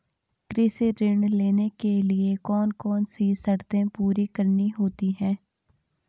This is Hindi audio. कृषि ऋण लेने के लिए कौन कौन सी शर्तें पूरी करनी होती हैं?